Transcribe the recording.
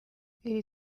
iri